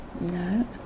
no